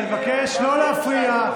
אני מבקש לא להפריע.